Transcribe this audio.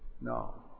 No